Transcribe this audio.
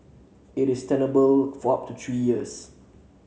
it is tenable for up to three years